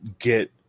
get